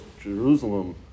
Jerusalem